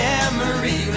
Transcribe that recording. Memory